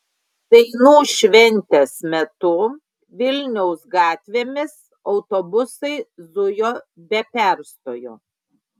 dainų šventės metu vilniaus gatvėmis autobusai zujo be perstojo